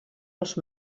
els